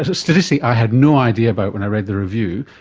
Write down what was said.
a statistic i had no idea about when i read the review,